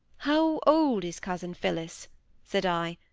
how old is cousin phillis said i,